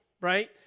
right